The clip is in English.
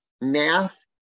Math